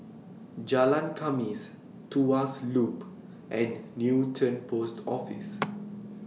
Jalan Khamis Tuas Loop and Newton Post Office